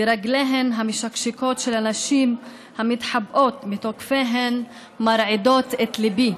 ורגליהן המשקשקות של הנשים המתחבאות מתוקפיהן מרעידות את ליבי.